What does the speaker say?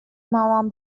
مامان